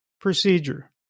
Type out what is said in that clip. procedure